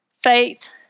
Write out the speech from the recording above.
Faith